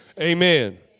Amen